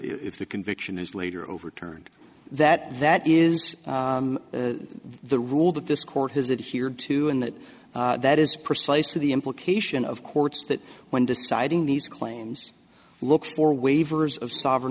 if the conviction is later overturned that that is the rule that this court has it here too and that that is precisely the implication of courts that when deciding these claims look for waivers of sovereign